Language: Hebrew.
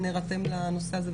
נרתם לנושא הזה,